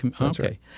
Okay